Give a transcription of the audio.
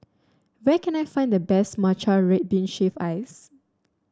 where can I find the best Matcha Red Bean Shaved Ice